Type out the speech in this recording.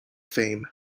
fame